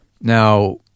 Now